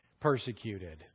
persecuted